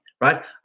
right